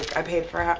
i paid for